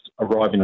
arriving